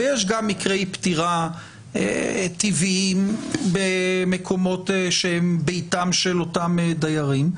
ויש גם מקרי פטירה טבעיים במקומות שהם ביתם של אותם דיירים,